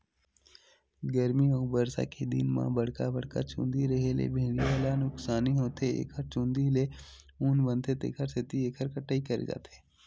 गरमी अउ बरसा के दिन म बड़का बड़का चूंदी रेहे ले भेड़िया ल नुकसानी होथे एखर चूंदी ले ऊन बनथे तेखर सेती एखर कटई करे जाथे